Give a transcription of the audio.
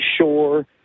Sure